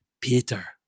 Peter